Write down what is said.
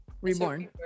reborn